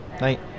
night